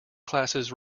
classes